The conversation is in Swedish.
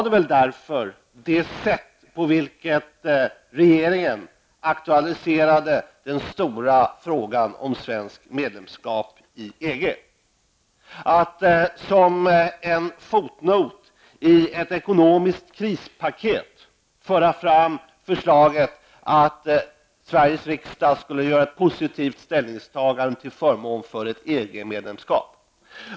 Det sätt på vilket regeringen aktualiserade den stora frågan om svenskt medlemskap i EG var därför litet trist. Regeringen förde som en fotnot i ett ekonomiskt krispaket fram förslaget att Sveriges riksdag skulle göra ett positivt ställningstagande till förmån för ett svenskt EG-medlemskap.